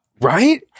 Right